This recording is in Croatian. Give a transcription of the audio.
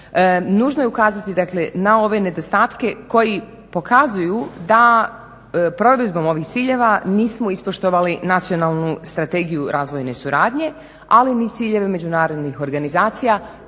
Nužno je ukazati na ove nedostatke koji pokazuju da provedbom ovih ciljeva nismo ispoštovali nacionalnu strategiju razvojne suradnje ali ni ciljeve međunarodnih organizacija